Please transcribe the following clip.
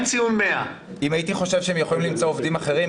אין ציון 100. אם הייתי חושב שהם יכולים למצוא עובדים אחרים,